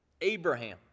Abraham